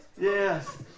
Yes